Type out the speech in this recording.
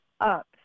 up